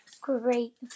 great